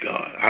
God